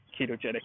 ketogenic